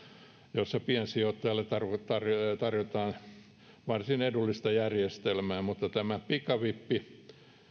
jossa piensijoittajalle tarjotaan tarjotaan varsin edullista järjestelmää mutta tämä pikavippi